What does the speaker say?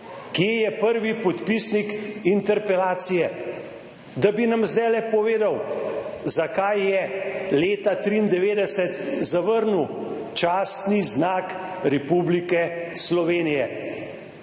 Kje je prvi podpisnik interpelacije, da bi nam zdajle povedal, zakaj je leta 1993 zavrnil častni znak Republike Slovenije?